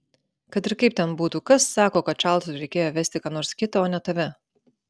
kad ir kaip ten būtų kas sako kad čarlzui reikėjo vesti ką nors kitą o ne tave